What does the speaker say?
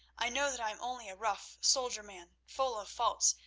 i know that i am only a rough soldier-man, full of faults,